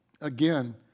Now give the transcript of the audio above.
Again